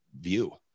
view